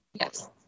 yes